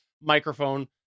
microphone